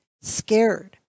scared